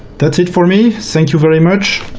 that's it for me. thank you very much.